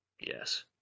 Yes